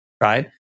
right